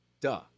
Duh